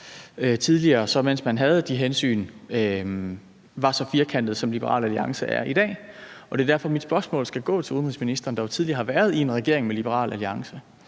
tidligere, mens man havde de hensyn, var så firkantet, som Liberal Alliance er i dag. Og det er derfor, mit spørgsmål til udenrigsministeren, der jo tidligere har været i en regering med Liberal Alliance,